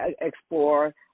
explore